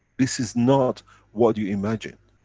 this is not what you imagine.